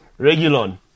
Regulon